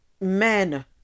men